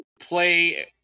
play